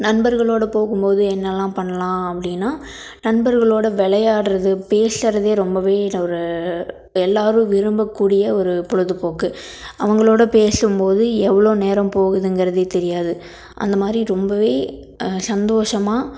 நண்பர்களோடு போகும்போது என்னெல்லாம் பண்ணலாம் அப்படின்னா நண்பர்களோடு விளையாட்றது பேசுறதே ரொம்பவே ஒரு எல்லாரும் விரும்பக்கூடிய ஒரு பொழுதுபோக்கு அவங்களோட பேசும்போது எவ்வளோ நேரம் போகுதுங்கறதே தெரியாது அந்தமாதிரி ரொம்பவே சந்தோஷமாக